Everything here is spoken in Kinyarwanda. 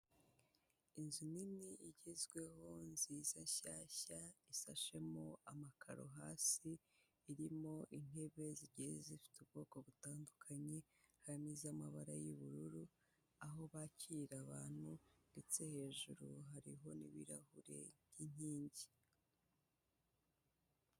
Inzu nini igezweho nziza nshyashya ishashemo amakaro hasi, irimo intebe zigiye zifite ubwoko butandukanye, harimo izamabara y'ubururu, aho bakira abantu ndetse hejuru hariho n'ibirahure by'inkingi.